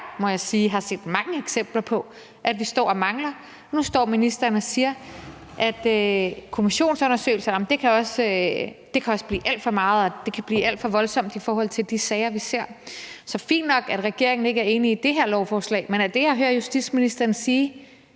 må jeg sige, har set mange eksempler på at vi står og mangler. Nu står ministeren og siger, at kommissionsundersøgelser også kan blive alt for meget, at det kan blive alt for voldsomt i forhold til de sager, vi ser. Så det er fint nok, at regeringen ikke er enig i det her beslutningsforslag, men er det, jeg hører justitsministeren sige,